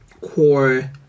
core